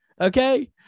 Okay